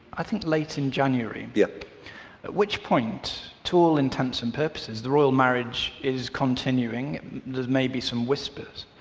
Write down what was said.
i think, late in january. yep. at which point to all intents and purposes the royal marriage is continuing. there's maybe some whispers.